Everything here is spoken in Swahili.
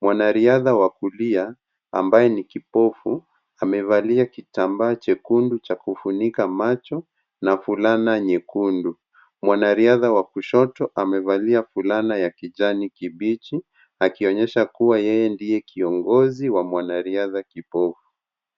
Mwanariadha wa kulia ambaye ni kipofu, amevalia kitambaa chekundu cha kufunika macho na fulana nyekundu. Mwanariadha wa kushoto amevalia fulana ya kijani kibichi, akionyesha kuwa yeye ndiye kiongozi wa mwanariadha kipofu.